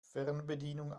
fernbedienung